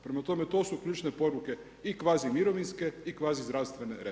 Prema tome, to su ključne poruke i kvazi mirovinske i kvazi zdravstvene reforme.